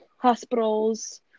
hospitals